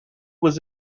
was